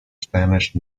spanish